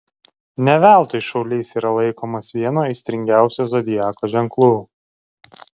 ne veltui šaulys yra laikomas vienu aistringiausių zodiako ženklų